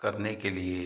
करने के लिए